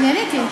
עניתי.